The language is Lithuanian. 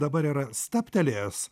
dabar yra stabtelėjęs